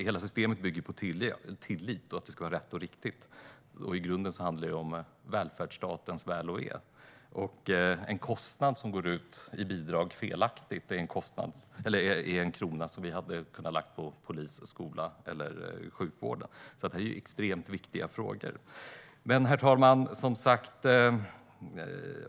Hela systemet bygger på tillit och att det ska vara rätt och riktigt. I grunden handlar det om välfärdsstatens väl och ve. En krona som går ut felaktigt i bidrag är en krona som vi hade kunnat lägga på polis, skola eller sjukvården. Det är extremt viktiga frågor. Herr talman!